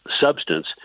substance